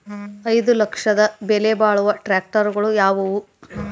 ಐದು ಲಕ್ಷದ ಬೆಲೆ ಬಾಳುವ ಟ್ರ್ಯಾಕ್ಟರಗಳು ಯಾವವು?